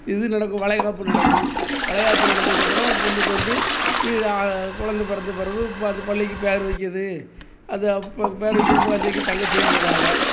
இது நடக்கும் வளைகாப்பு நடக்கும் வளைகாப்பு நடந்ததுக்கு அப்புறம் பொண்ணுக்கு வந்து வீடு குழந்த பிறந்த பிறவு இப்போ அது பிள்ளைக்கி பெயரு வக்கிறது அது அப்போ பெயர் வைக்கும் குழந்தைக்கு தங்கச் செயின் போடுவாங்க